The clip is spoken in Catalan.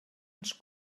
ens